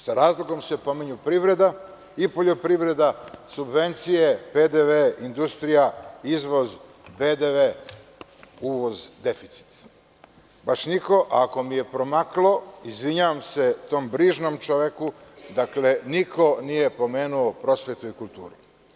Sa razlogom se pominju privreda i poljoprivreda, subvencije, PDV, industrija, izvoz, BDP, uvoz, deficit, a baš niko, ako mi je promaklo, izvinjavam se tom brižnom čoveku, niko nije pomenuo prosvetu i kulturu.